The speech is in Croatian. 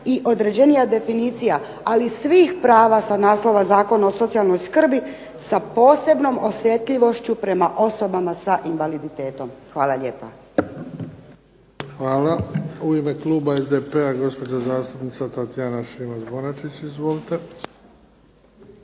i određenija definicija, ali svih prava sa naslova Zakona o socijalnoj skrbi sa posebnom osjetljivošću prema osobama sa invaliditetom. Hvala lijepo. **Bebić, Luka (HDZ)** Hvala. U ime kluba SDP-a gospođa zastupnica Tatjana Šimac-Bonačić. Izvolite.